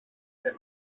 και